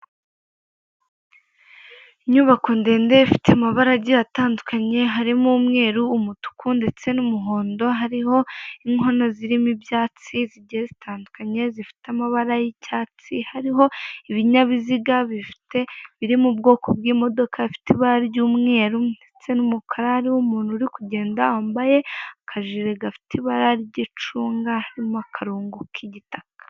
Inyubako ndende ifite amabarage atandukanye harimo humeur, umutuku ndetse n'umuhondo, hariho inkono zirimo ibyatsi zitandukanye zifite amabara y'icyatsi, hariho ibinyabiziga bifite biri mu bwoko bw'imodoka ifite ibara ry'umweru ndetse n'umukara. Hari umuntu uri kugenda wambaye akajire gafite ibara ry'icunga ririmo akrongo k'igitaka.